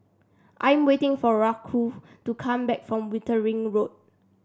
I'm waiting for Raquel to come back from Wittering Road